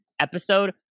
episode